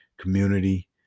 community